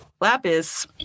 Lapis